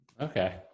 Okay